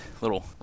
little